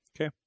Okay